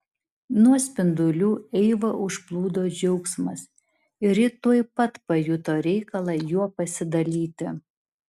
nuo spindulių eivą užplūdo džiaugsmas ir ji tuoj pat pajuto reikalą juo pasidalyti